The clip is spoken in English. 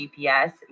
GPS